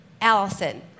Allison